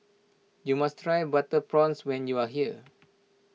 you must try Butter Prawns when you are here